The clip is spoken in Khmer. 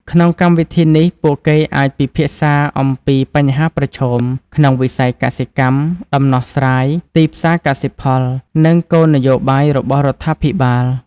ក្នុងកម្មវិធីនេះ ពួកគេអាចពិភាក្សាអំពីបញ្ហាប្រឈមក្នុងវិស័យកសិកម្ម ដំណោះស្រាយ ទីផ្សារកសិផល និងគោលនយោបាយរបស់រដ្ឋាភិបាល។